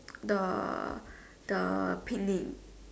the the picnic